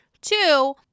Two